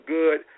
good